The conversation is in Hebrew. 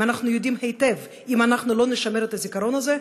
אנחנו יודעים היטב: אם אנחנו לא נשמר את הזיכרון הזה,